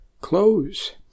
clothes